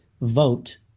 vote